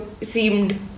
seemed